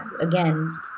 again